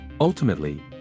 Ultimately